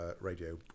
radio